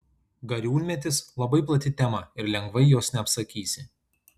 gariūnmetis labai plati tema ir lengvai jos neapsakysi